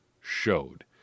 showed